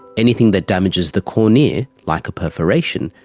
anything that damages the cornea, like a perforation,